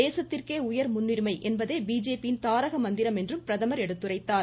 தேசத்திற்கே உயர் முன்னுரிமை என்பதே பிஜேபியின் தாரக மந்திரம் என்றும் பிரதமர் எடுத்துரைத்தார்